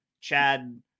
chad